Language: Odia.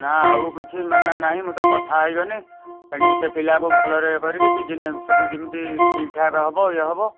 ନା ଆଉକିଛି ମାନେ ନାହିଁ ମୁଁ ତ କଥା ହେଇଗନି ଏଣିକି ସେ ପିଲାକୁ ଭଲରେ କରିବି ସେ ସବୁ ଯେମିତି ଠିକ୍ ଠାକ୍ ହେବ ଇଏ ହେବ